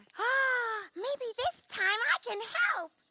ah maybe this time i can help.